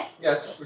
Yes